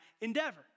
endeavor